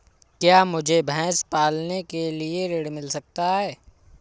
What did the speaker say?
क्या मुझे भैंस पालने के लिए ऋण मिल सकता है?